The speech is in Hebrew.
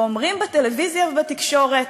ואומרים בטלוויזיה ובתקשורת: